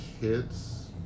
kids